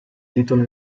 titolo